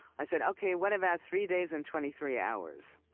i said, okay, what about three days and twenty three hours?